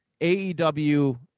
AEW